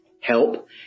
help